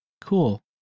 Cool